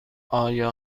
آیا